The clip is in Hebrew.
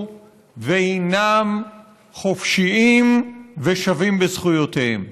והינם חופשיים ושווים בזכויותיהם.